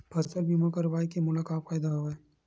फसल बीमा करवाय के मोला का फ़ायदा हवय?